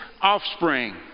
offspring